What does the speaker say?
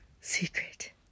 Secret